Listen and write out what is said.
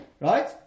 right